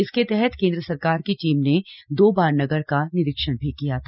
इसके तहत केन्द्र सरकार की टीम ने दो बार नगर का निरीक्षण भी किया था